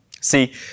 See